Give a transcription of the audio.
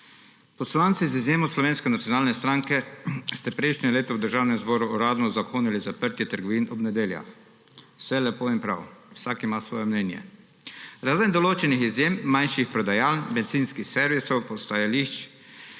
Poslanci, z izjemo Slovenske nacionalne stranke, ste prejšnje leto v Državnem zboru uradno uzakonili zaprtje trgovin ob nedeljah. Vse lepo in prav, vsak ima svoje mnenje. Razen določenih izjem – manjših prodajaln, bencinskih servisov, postajališč